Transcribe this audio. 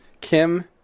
Kim